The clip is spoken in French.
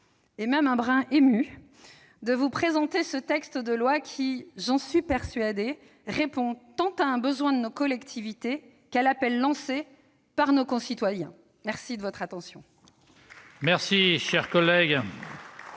et même un brin émue de vous présenter ce texte de loi, qui, j'en suis persuadée, répond tant à un besoin de nos collectivités qu'à l'appel lancé par nos concitoyens. La parole est à M. le rapporteur.